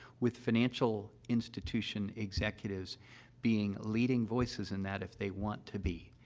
with financial institution executives being leading voices in that if they want to be,